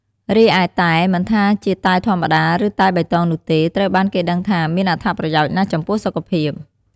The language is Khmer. រីឯតែ មិនថាជាតែធម្មតា ឬតែបៃតងនោះទេ ត្រូវបានគេដឹងថាមានអត្ថប្រយោជន៍ណាស់់ចំពោះសុខភាព។